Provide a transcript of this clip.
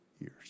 years